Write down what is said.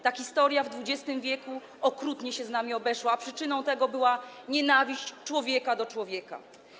Ta historia w XX w. okrutnie się z nami obeszła, a przyczyną tego była nienawiść człowieka do człowieka.